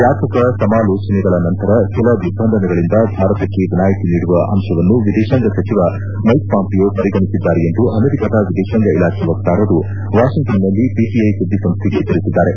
ವ್ಯಾಪಕ ಸಮಾಲೋಚನೆಗಳ ನಂತರ ಕೆಲ ದಿಗ್ಬಂಧನಗಳಿಂದ ಭಾರತಕ್ಕೆ ವಿನಾಯಿತಿ ನೀಡುವ ಅಂಶವನ್ನು ವಿದೇಶಾಂಗ ಸಚಿವ ಮೈಕ್ ಪಾಂಪಿಯೋ ಪರಿಗಣಿಸಿದ್ದಾರೆ ಎಂದು ಅಮೆರಿಕದ ವಿದೇಶಾಂಗ ಇಲಾಖೆ ವಕ್ತಾರರು ವಾಷ್ಣಂಗ್ಲನ್ನಲ್ಲಿ ಪಿಟಿಐ ಸುದ್ದಿ ಸಂಸ್ಕೆಗೆ ತಿಳಿಸಿದ್ದಾರೆ